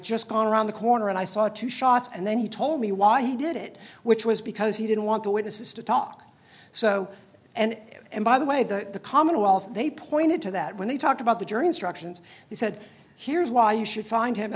just gone around the corner and i saw two shots and then he told me why he did it which was because he didn't want the witnesses to talk so and and by the way the commonwealth they pointed to that when they talked about the jury instructions they said here's why you should find him